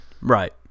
Right